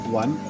one